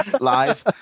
live